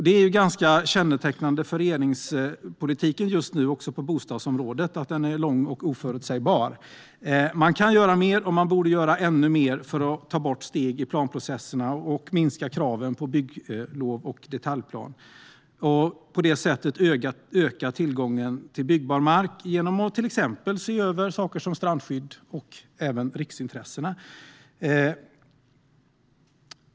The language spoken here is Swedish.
Det är ganska kännetecknade för regeringspolitiken just nu, också på bostadsområdet, att den är lång och oförutsägbar. Man kan och borde göra ännu mer för att ta bort steg i planprocesserna, minska kraven på bygglov och detaljplaner och öka tillgången till byggbar mark genom att till exempel se över saker som strandskydd och även riksintressen.